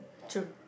true